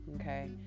okay